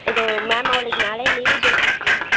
ಇದು ಮ್ಯಾಮ್ ಅವ್ಳಿಗೆ ನಾಳೆ ಲೀವ್ ಬೇಕಿತ್ತು ಮ್ಯಾಮ್